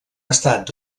estat